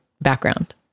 background